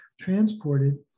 transported